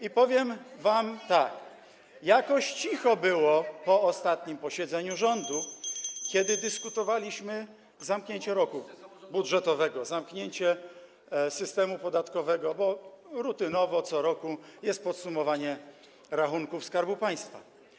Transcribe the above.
I powiem wam tak: Jakoś cicho było po ostatnim posiedzeniu rządu, kiedy dyskutowaliśmy [[Gwar na sali, dzwonek]] kwestię zamknięcia roku budżetowego, zamknięcia systemu podatkowego, bo rutynowo co roku następuje podsumowanie rachunków Skarbu Państwa.